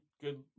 good